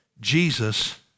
Jesus